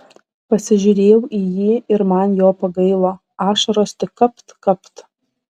pasižiūrėjau į jį ir man jo pagailo ašaros tik kapt kapt